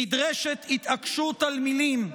נדרשת התעקשות על מילים,